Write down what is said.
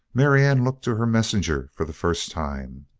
marianne looked to her messenger for the first time.